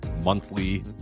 Monthly